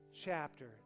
chapter